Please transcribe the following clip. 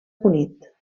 cunit